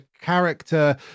character